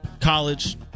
College